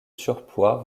surpoids